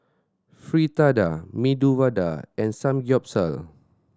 Fritada Medu Vada and Samgyeopsal